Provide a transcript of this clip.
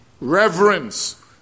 reverence